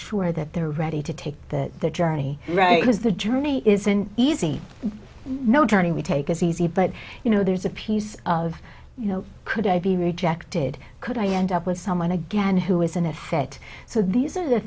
sure that they're ready to take the journey right because the journey isn't easy no turning we take is easy but you know there's a piece of you know could i be rejected could i end up with someone again who is in effect so these are the